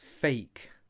Fake